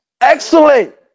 Excellent